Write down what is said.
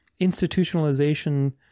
institutionalization